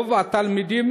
שרוב התלמידים